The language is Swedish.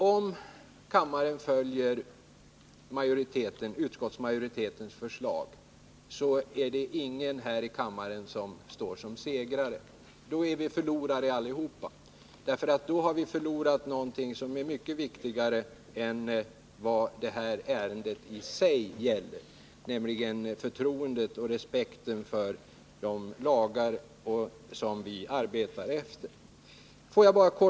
Om kammaren följer utskottsmajoritetens förslag, är det inte någon i kammaren som står som segrare. Då är vi förlorare allihop. Då har vi nämligen förlorat någonting som är mycket viktigare än vad detta ärende i sig är, nämligen förtroendet och respekten för de lagar som vi arbetar efter.